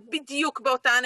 הוא צריך להגיע?